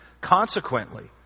Consequently